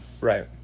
Right